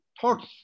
thoughts